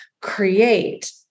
create